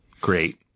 great